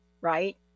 Right